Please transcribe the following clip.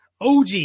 OG